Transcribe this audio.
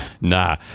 Nah